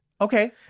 Okay